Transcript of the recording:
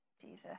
Jesus